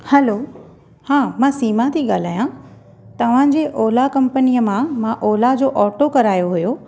hello हां मां सीमा थी ॻाल्हायां तव्हांजे ओला कंपनी मां मां ओला जो ऑटो करायो हुयो